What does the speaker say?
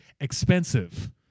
expensive